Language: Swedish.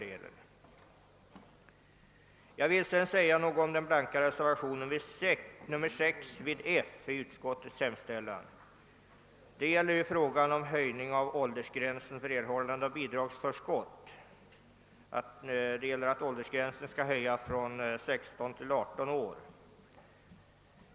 Efter detta vill jag också säga något om den blanka reservation som jag har varit med om att foga till andra lagutskottets utlåtande nr 40, alltså reservationen 6 vid F. i utskottets hemställan, som handlar om en höjning av åldersgränsen för erhållande av bidragsförskott från 16 till 18 år.